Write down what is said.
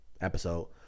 episode